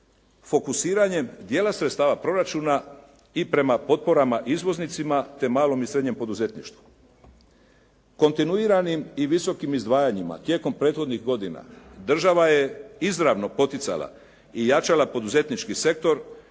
fokusiranjem dijela sredstava proračuna i prema potporama izvoznicima te malom i srednjem poduzetništvu. Kontinuiranim i visokim izdvajanjima tijekom prethodnih godina država je izravno poticala i jačala poduzetnički sektor